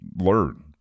learn